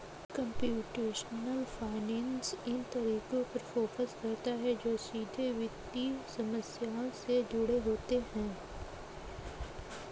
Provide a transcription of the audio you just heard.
computational finance इन तरीकों पर फोकस करता है जो सीधे वित्तीय समस्याओं से जुड़े होते हैं